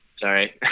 Sorry